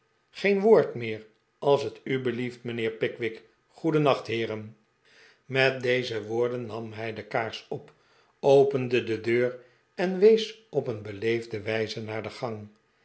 geen woord meer als net u belieft raijnheer pickwick goedennacht heeren met deze woorden nam hij de kaars op opende de deur en wees op een beleefde wijze naar de gang